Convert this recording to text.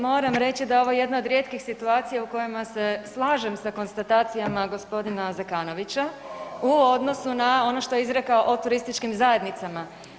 Moram reći da je ovo jedna od rijetkih situacija u kojima se slažem sa konstatacijama gospodina Zekanovića u odnosu na ono što je izrekao o turističkim zajednicama.